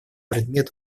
предмет